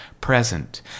present